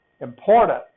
important